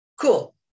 Cool